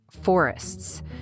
forests